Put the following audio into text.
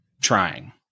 trying